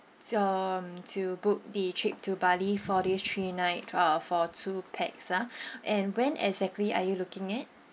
to book the trip to bali four days three night uh for two pax ah and when exactly are you looking at